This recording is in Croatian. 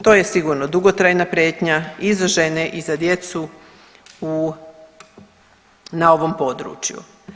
To je sigurno dugotrajna prijetnja i za žene i za djecu na ovom području.